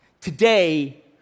Today